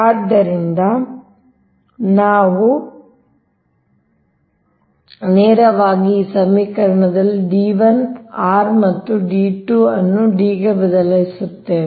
ಆದ್ದರಿಂದ ನಾವು ನೇರವಾಗಿ ಈ ಸಮೀಕರಣದಲ್ಲಿ D 1 r ಮತ್ತು D 2 ಅನ್ನು D ಗೆ ಬದಲಿಸುತ್ತೇವೆ